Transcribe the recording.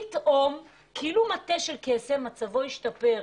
פתאום כאילו מטה של קסם, מצבו השתפר.